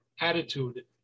attitude